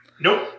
Nope